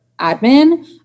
admin